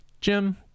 Jim